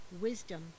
wisdom